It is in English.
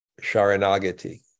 Sharanagati